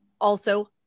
also-